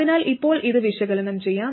അതിനാൽ ഇപ്പോൾ ഇത് വിശകലനം ചെയ്യാം